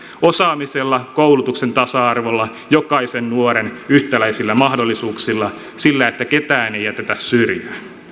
osaamisella koulutuksen tasa arvolla jokaisen nuoren yhtäläisillä mahdollisuuksilla sillä että ketään ei jätetä syrjään